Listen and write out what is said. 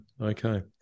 okay